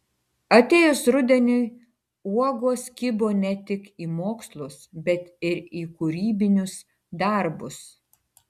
atėjus rudeniui uogos kibo ne tik į mokslus bet ir į kūrybinius darbus